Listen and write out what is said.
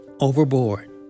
overboard